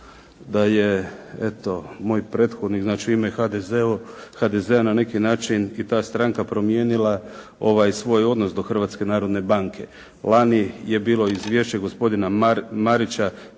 da je eto moj prethodnik znači u ime HDZ-a na neki način i ta stranka promijenila ovaj svoj odnos do Hrvatske narodne banke. Lani je bilo izvješće gospodina Marića